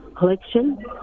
collection